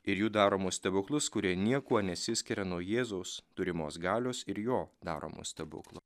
ir jų daromus stebuklus kurie niekuo nesiskiria nuo jėzaus turimos galios ir jo daromų stebuklo